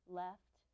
left